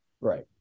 Right